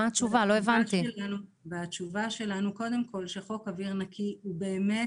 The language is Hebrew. התשובה שלנו היא קודם כל שחוק אוויר נקי הוא באמת